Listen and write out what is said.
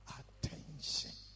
attention